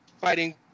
fighting